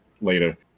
later